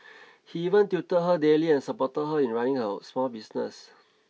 he even tutored her daily and supported her in running her small business